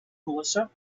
melissa